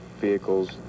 vehicles